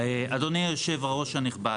אדוני יושב-הראש הנכבד,